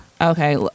Okay